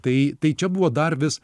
tai tai čia buvo dar vis